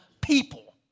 people